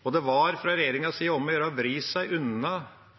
Det var fra regjeringas side om å gjøre å vri seg unna